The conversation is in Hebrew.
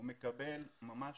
מקבל ממש